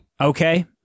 Okay